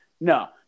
No